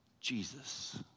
Jesus